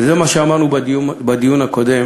וזה מה שאמרנו בדיון הקודם